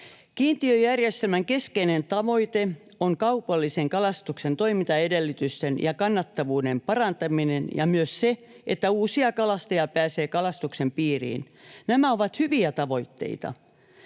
Kiintiöjärjestelmän keskeinen tavoite on kaupallisen kalastuksen toimintaedellytysten ja kannattavuuden parantaminen ja myös se, että uusia kalastajia pääsee kalastuksen piiriin. Nämä ovat hyviä tavoitteita.